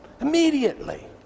immediately